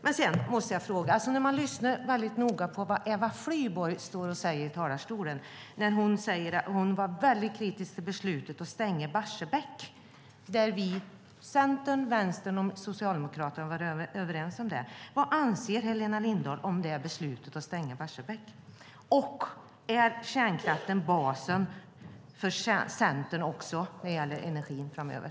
Sedan måste jag ställa en fråga till. När man lyssnar väldigt noga på det Eva Flyborg säger i talarstolen hör man att hon är väldigt kritisk till beslutet att stänga Barsebäck, som Centern, Vänstern och Socialdemokraterna var överens om. Vad anser Helena Lindahl om beslutet att stänga Barsebäck? Är kärnkraften basen för Centern också när det gäller energin framöver?